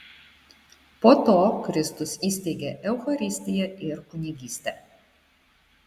po to kristus įsteigė eucharistiją ir kunigystę